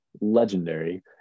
legendary